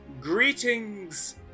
Greetings